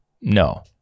No